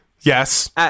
yes